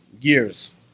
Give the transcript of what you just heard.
years